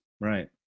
Right